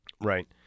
Right